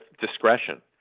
discretion